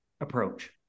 approach